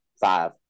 five